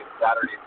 Saturday